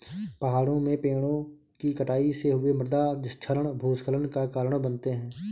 पहाड़ों में पेड़ों कि कटाई से हुए मृदा क्षरण भूस्खलन का कारण बनते हैं